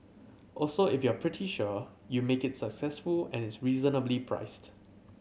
also if you're pretty sure you make it successful and it's reasonably priced